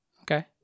Okay